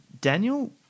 Daniel